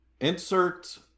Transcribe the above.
Insert